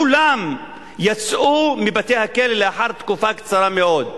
כולם יצאו מבתי-הכלא לאחר תקופה קצרה מאוד.